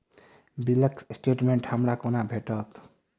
बिलक स्टेटमेंट हमरा केना भेटत?